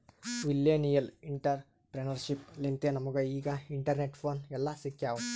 millennial entrepreneurship ಲಿಂತೆ ನಮುಗ ಈಗ ಇಂಟರ್ನೆಟ್, ಫೋನ್ ಎಲ್ಲಾ ಸಿಕ್ಯಾವ್